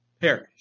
perish